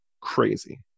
crazy